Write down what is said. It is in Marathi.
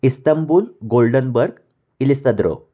Istanbul Goldenberg इलिस्ताद्रो